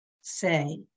say